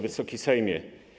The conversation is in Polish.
Wysoki Sejmie!